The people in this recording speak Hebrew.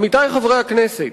עמיתי חברי הכנסת,